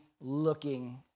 looking